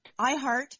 iHeart